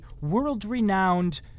world-renowned